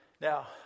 Now